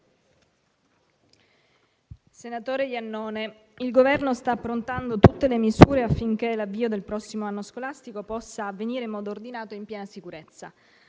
Senatore Iannone, il Governo sta approntando tutte le misure affinché l'avvio del prossimo anno scolastico possa avvenire in modo ordinato e in piena sicurezza.